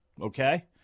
okay